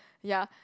ya